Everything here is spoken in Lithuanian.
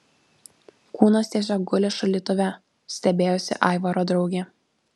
kūnas tiesiog guli šaldytuve stebėjosi aivaro draugė